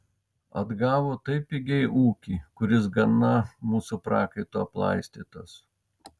atgavo taip pigiai ūkį kuris gana mūsų prakaitu aplaistytas